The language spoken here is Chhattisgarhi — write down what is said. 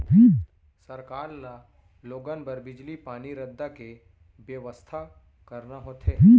सरकार ल लोगन बर बिजली, पानी, रद्दा के बेवस्था करना होथे